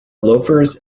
loafers